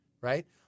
right